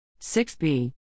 6b